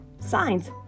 signs